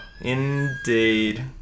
Indeed